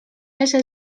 baixa